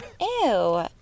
Ew